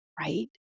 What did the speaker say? right